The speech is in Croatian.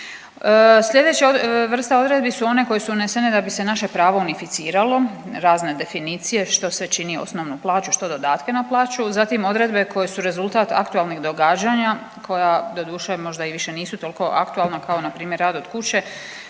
Slijedeća vrsta odredbi su one koje su unesene da bi se naše pravo unificiralo, razne definicije, što sve čini osnovnu plaću, što dodatke na plaću, zatim odredbe koje su rezultat aktualnih događanja koja doduše možda i više nisu toliko aktualna kao npr. rad od kuće